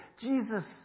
Jesus